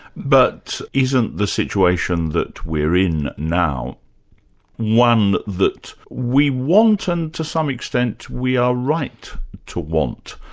but isn't the situation that we're in now one that we want and to some extent, we are right to want.